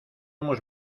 hemos